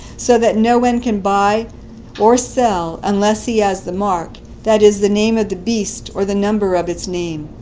so that no one can buy or sell unless he has the mark, that is, the name of the beast or the number of its name.